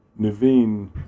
Naveen